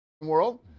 world